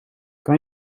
kan